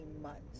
months